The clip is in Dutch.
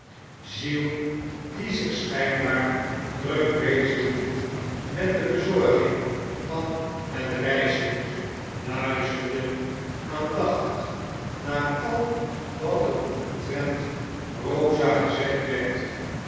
die zlh s hijnbaar druk bezig hield met de bezorging van het reisgoed luisterde aandachtig naar al wat er omtrent rosa gezegd werd